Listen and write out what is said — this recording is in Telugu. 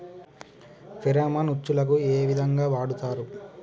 ఫెరామన్ ఉచ్చులకు ఏ విధంగా వాడుతరు?